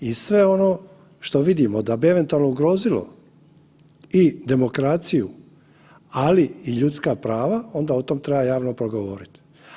I sve ono što vidimo da bi eventualno ugrozilo i demokraciju, ali i ljudska prava onda o tom treba javno progovorit.